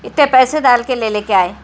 اتنے پیسے ڈال کے لے لے کے آئے